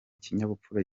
kinyabupfura